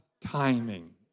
timing